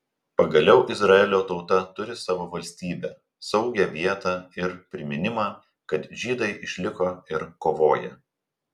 pagaliau izraelio tauta turi savo valstybę saugią vietą ir priminimą kad žydai išliko ir kovoja